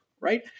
right